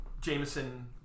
Jameson